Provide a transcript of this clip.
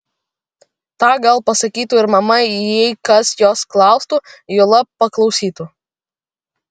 tą gal pasakytų ir mama jei kas jos klaustų juolab paklausytų